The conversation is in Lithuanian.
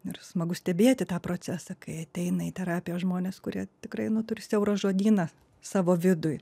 ir smagu stebėti tą procesą kai ateina į terapiją žmonės kurie tikrai nu turi siaurą žodyną savo vidui